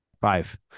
five